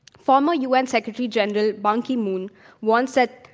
former u. n. secretary general ban ki-moon once said,